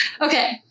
Okay